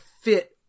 fit